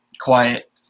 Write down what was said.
quiet